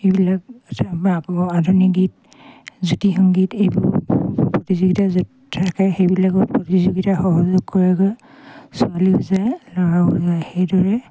এইবিলাক বা আকৌ আধুনিকগীত জ্যোতি সংগীত এইবোৰ প্ৰতিযোগিতা য'ত থাকে সেইবিলাকত প্ৰতিযোগিতা সহযোগ কৰেগৈ ছোৱালীও যায় ল'ৰাও যায় সেইদৰে